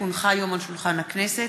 כי הונחה היום על שולחן הכנסת,